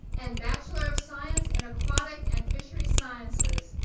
and bachelor of science in aquatic and fishery sciences,